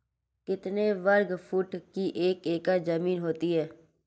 कितने वर्ग फुट की एक एकड़ ज़मीन होती है?